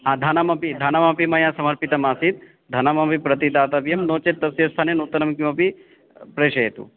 हा धनमपि धनमपि मया समर्पितमासीत् धनमपि प्रतिदातव्यं नो चेत् तस्य स्थाने नूतनं किमपि प्रेषयतु